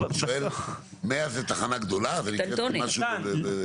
הוא שואל 100 זה תחנה גדולה, זה משהו כזה?